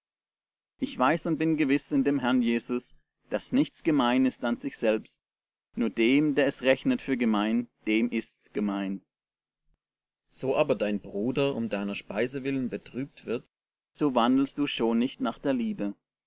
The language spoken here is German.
ich weiß und bin gewiß in dem herrn jesus daß nichts gemein ist an sich selbst nur dem der es rechnet für gemein dem ist's gemein so aber dein bruder um deiner speise willen betrübt wird so wandelst du schon nicht nach der liebe